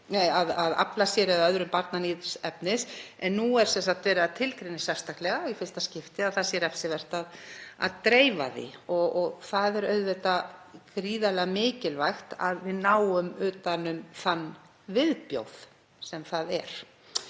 að afla sér eða öðrum barnaníðsefnis en nú er sem sagt verið að tilgreina sérstaklega í fyrsta skipti að það sé refsivert að dreifa því. Það er auðvitað gríðarlega mikilvægt að við náum utan um þann viðbjóð sem það er